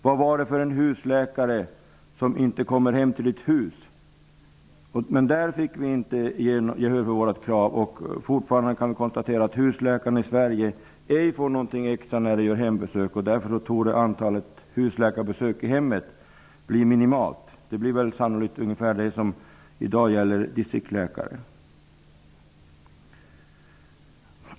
Vad är det för en husläkare som inte kommer hem till ett hus? Det kravet fick vi inte gehör för, och fortfarande kan vi konstatera att husläkarna i Sverige inte får någonting extra när de gör hembesök. Därför torde antalet husläkarbesök i hemmet bli minimalt. Det blir sannolikt ungefär det som i dag gäller för distriktsläkare.